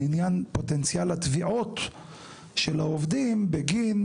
לעניין פוטנציאל התביעות של העובדים בגין